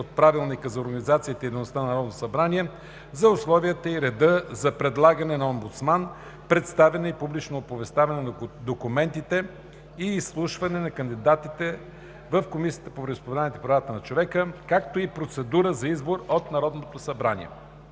на Народното събрание за условията и реда за предлагане на омбудсман, представяне, публично оповестяване на документите и изслушване на кандидатите в Комисията по вероизповеданията и правата на човека, както и процедурата за избор от Народното събрание.